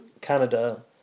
Canada